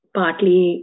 partly